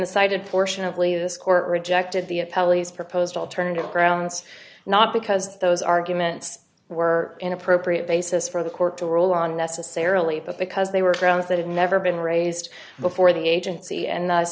the cited portion of leaves court rejected the appellate he's proposed alternative grounds not because those arguments were inappropriate basis for the court to rule on necessarily but because they were grounds that had never been raised before the agency and